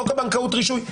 חוק הבנקאות רישוי,